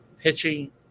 pitching